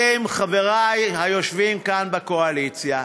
אתם, חברי היושבים כאן בקואליציה,